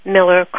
Miller